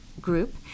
group